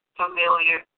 familiar